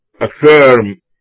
affirm